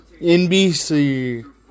NBC